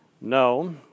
No